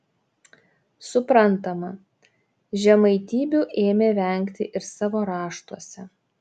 suprantama žemaitybių ėmė vengti ir savo raštuose